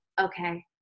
okay